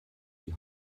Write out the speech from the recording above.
die